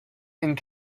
and